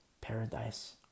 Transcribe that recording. Paradise